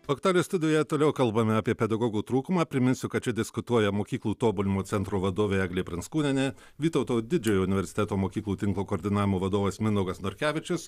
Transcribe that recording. aktualijų studijoje toliau kalbame apie pedagogų trūkumą priminsiu kad čia diskutuoja mokyklų tobulinimo centro vadovė eglė pranckūnienė vytauto didžiojo universiteto mokyklų tinklo koordinavimo vadovas mindaugas norkevičius